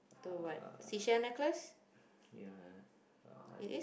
uh yeah uh